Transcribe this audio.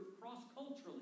cross-culturally